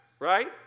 Right